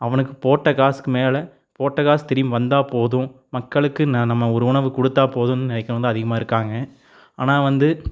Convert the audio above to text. அவனுக்கு போட்ட காசுக்கு மேலே போட்ட காசு திரும்பி வந்தால் போதும் மக்களுக்கு நம்ம ஒரு உணவு கொடுத்தா போதும் நினைக்கிறவங்க அதிகமாக இருக்காங்க ஆனால் வந்து